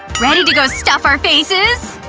ready to go stuff our faces?